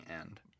end